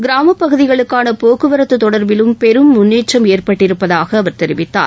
கிராம பகுதிகளுக்கான போக்குவரத்து தொடர்பிலும் பெரும் முன்னேற்றம் ஏற்பட்டிருப்பதாக அவர் தெரிவித்தார்